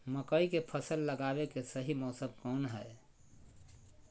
मकई के फसल लगावे के सही मौसम कौन हाय?